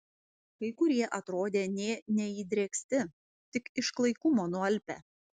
kai kurie atrodė nė neįdrėksti tik iš klaikumo nualpę